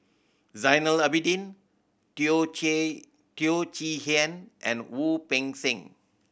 Zainal Abidin Teo Teo Chee Hean and Wu Peng Seng